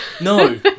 No